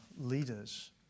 leaders